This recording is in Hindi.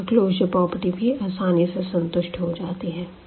यहाँ क्लोजर प्रॉपर्टी भी आसानी से संतुष्ट हो जाती है